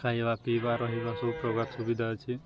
ଖାଇବା ପିଇବା ରହିବା ସବୁ ପ୍ରକାର ସୁବିଧା ଅଛି